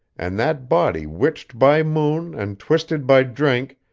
and that body witched by moon, and twisted by drink,